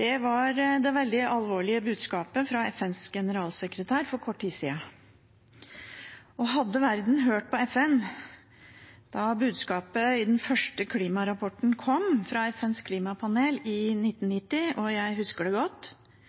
Det var det veldig alvorlige budskapet fra FNs generalsekretær for kort tid siden. Hadde verden hørt på FN da budskapet i den første klimarapporten kom, fra FNs klimapanel i 1990 – jeg husker det godt